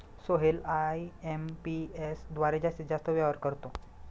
Sohail IMPS द्वारे जास्तीत जास्त व्यवहार करतो